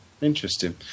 Interesting